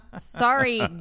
Sorry